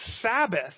Sabbath